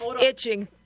itching